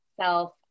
self